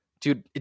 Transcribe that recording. dude